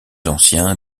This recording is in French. ancien